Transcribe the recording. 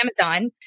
Amazon